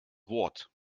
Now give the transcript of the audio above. wort